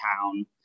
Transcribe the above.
town